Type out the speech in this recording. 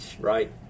right